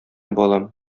балам